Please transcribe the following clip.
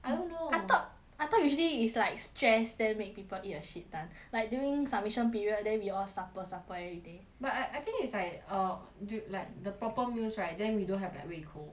I don't know I thought I thought usually is like stress that make people eat a shit ton like during submission period then we all supper supper everyday but I I think it's like err du~ like the proper meals right then we don't have like 胃口